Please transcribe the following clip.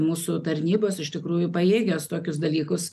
mūsų tarnybos iš tikrųjų pajėgios tokius dalykus